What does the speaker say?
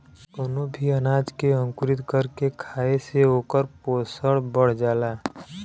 कवनो भी अनाज के अंकुरित कर के खाए से ओकर पोषण बढ़ जाला